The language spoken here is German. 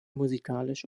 musikalisch